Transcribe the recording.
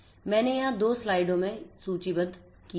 मैंने इन दो स्लाइडों में यहाँ सूचीबद्ध किया है